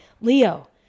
Leo